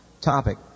topic